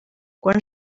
quan